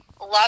love